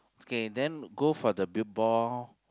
okay then go for the built ball